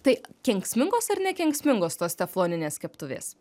tai kenksmingos ar nekenksmingos tos tefloninės keptuvės